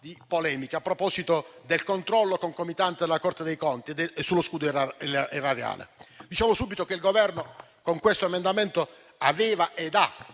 di stampa, a proposito del controllo concomitante della Corte dei conti e dello scudo erariale. Diciamo subito che il Governo con questo emendamento aveva e ha